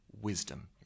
wisdom